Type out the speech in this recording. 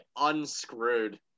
unscrewed